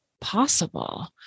possible